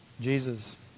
Jesus